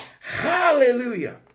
hallelujah